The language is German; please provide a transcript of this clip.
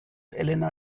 elena